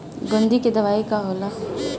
गंधी के दवाई का होला?